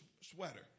sweater